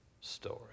story